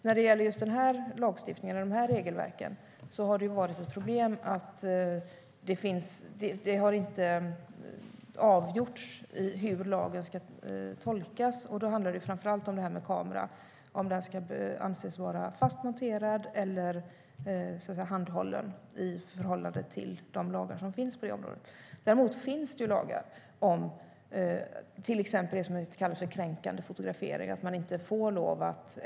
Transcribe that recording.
När det gäller just denna lagstiftning och dessa regelverk har problemet varit att det inte har avgjorts hur lagstiftningen ska tolkas. Det handlar framför allt om kameran ska anses vara fast monterad eller handhållen i förhållande till de lagar som finns på området. Däremot finns det lagar mot till exempel det vi kallar kränkande fotografering.